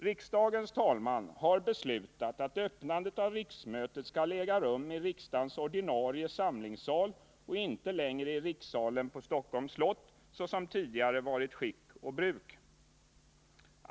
Riksdagens talman har beslutat att öppnandet av riksmötet skall äga rum i riksdagens ordinarie samlingssal och inte längre i rikssalen på Stockholms slott såsom tidigare varit skick och bruk.